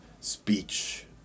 speech